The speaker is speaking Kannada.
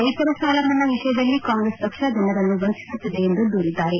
ರೈತರ ಸಾಲಮನ್ನಾ ವಿಷಯದಲ್ಲಿ ಕಾಂಗ್ರೆಸ್ ಪಕ್ಷ ಜನರನ್ನು ವಂಚಿಸುತ್ತಿದೆ ಎಂದು ದೂರಿದ್ದಾರೆ